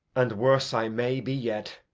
and worse i may be yet.